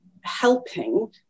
helping